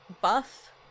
buff